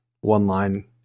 one-line